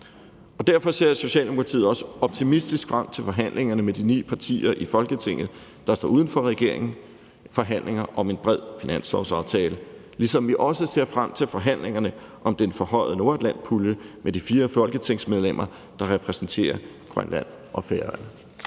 Derfor ser Socialdemokratiet også optimistisk frem til forhandlingerne med de ni partier i Folketinget, der står uden for regeringen, forhandlinger om en bred finanslovsaftale, ligesom vi også ser frem til forhandlingerne om den forhøjede nordatlantpulje med de fire folketingsmedlemmer, der repræsenterer Grønland og Færøerne.